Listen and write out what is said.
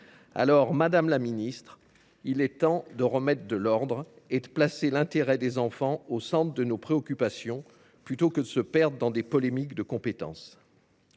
». Madame la ministre, il est temps de remettre de l’ordre et de placer l’intérêt des enfants au centre de nos préoccupations, plutôt que de se perdre dans des polémiques de compétences.